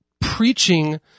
preaching